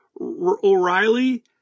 O'Reilly